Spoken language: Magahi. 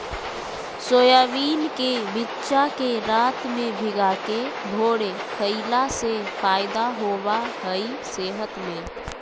सोयाबीन के बिच्चा के रात में भिगाके भोरे खईला से फायदा होबा हइ सेहत में